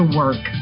work